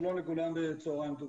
שלום לכולם וצהריים טובים.